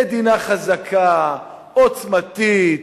מדינה חזקה, עוצמתית,